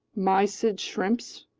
mysid shrimps,